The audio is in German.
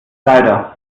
leider